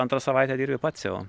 antrą savaitę dirbi pats sau